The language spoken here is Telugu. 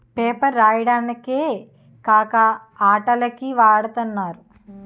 పేపర్ రాయడానికే కాక అట్టల కి వాడతన్నారు